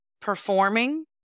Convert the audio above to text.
performing